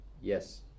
Yes